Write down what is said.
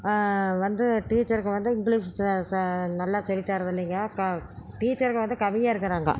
வந்து டீச்சருக்கு வந்து இங்கிலிஷ் நல்லா சொல்லித் தரதில்லீங்க டீச்சருங்க வந்து கம்மியாக இருக்கிறாங்க